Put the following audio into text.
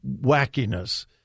wackiness